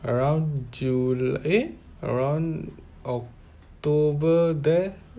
around june uh around october there